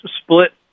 split